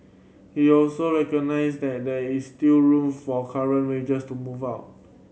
he also recognised that there is still room for current wages to move up